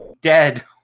dead